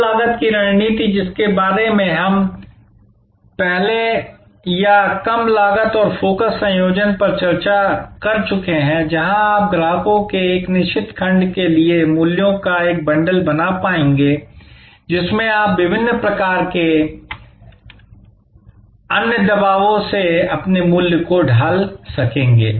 कम लागत की रणनीति जिसके बारे में हमने पहले या कम लागत और फ़ोकस संयोजन पर चर्चा की जहाँ आप ग्राहकों के एक निश्चित खंड के लिए मूल्यों का एक बंडल बना पाएंगे जिसमें आप विभिन्न प्रकार के अन्य दबावों से अपने मूल्य को ढाल सकेंगे